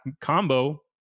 combo